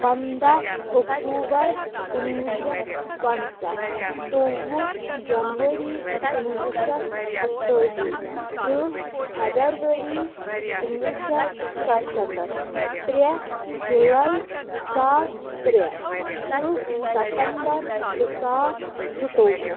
پَنٛداہ اکتوٗبر کُنوُہ شیٚتھ پَنٛژاہ ژوٚوُہ جَنؤری کُنوُہ شیٚتھ اَکتٲجی تٕرٛہ فیبَرؤری کُنوُہ شیٚتھ سَتہٕ ستَتھ ترٛےٚ جُلاے زٕ ساس ترٛےٚ تٕرہ سَتمبر زٕ ساس زٕتووُہ